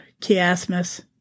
chiasmus